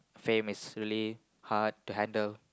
fame is really hard to handle